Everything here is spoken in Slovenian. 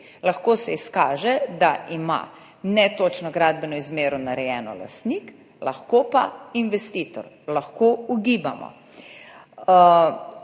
Lahko se izkaže, da ima narejeno netočno gradbeno izmero lastnik, lahko pa investitor, lahko ugibamo.